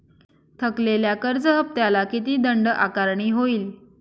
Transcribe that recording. थकलेल्या कर्ज हफ्त्याला किती दंड आकारणी होईल?